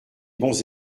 bons